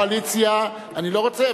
יושב-ראש הקואליציה, אני לא רוצה.